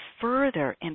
further